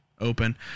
open